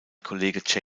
kollege